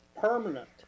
permanent